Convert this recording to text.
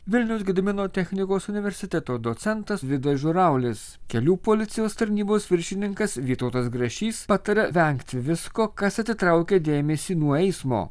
vilniaus gedimino technikos universiteto docentas vidas žuraulis kelių policijos tarnybos viršininkas vytautas grašys pataria vengti visko kas atitraukia dėmesį nuo eismo